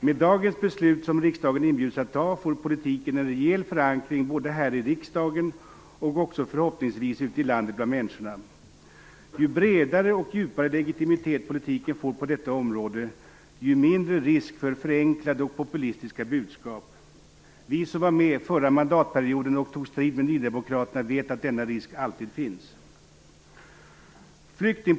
Med dagens beslut, som riksdagen inbjuds att ta, får politiken en rejäl förankring både här i riksdagen och också förhoppningsvis ute i landet bland människorna. Ju bredare och djupare legitimitet politiken får på detta område, ju mindre risk för förenklade och populistiska budskap. Vi som var med förra mandatperioden och tog strid med nydemokraterna vet att denna risk alltid finns. Fru talman!